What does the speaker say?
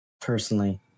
Personally